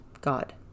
God